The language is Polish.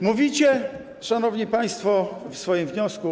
Mówicie, szanowni państwo, w swoim wniosku.